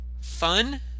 fun